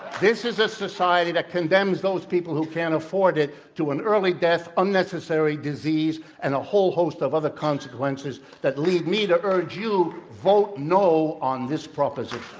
this is a society that condemns those people who can't afford it to an early death, unnecessary disease, and a whole host of other consequences that lead me to urge you, vote, no on this proposition.